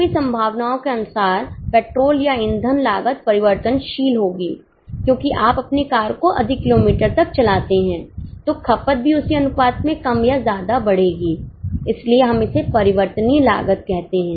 सभी संभावनाओं के अनुसार पेट्रोल या ईंधन लागत परिवर्तनशील होगी क्योंकि आप अपनी कार को अधिक किलोमीटर तक चलाते हैं तो खपत भी उसी अनुपात में कम या ज्यादा बढ़ेगी इसलिए हम इसे परिवर्तनीय लागत कहते हैं